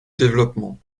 développement